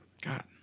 God